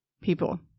people